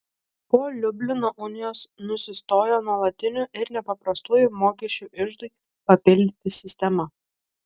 po liublino unijos nusistojo nuolatinių ir nepaprastųjų mokesčių iždui papildyti sistema